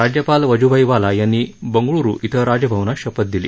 राज्यपाल वजूभाई वाला यांनी बंगळूरु इथं राजभवनात त्यांना शपथ दिली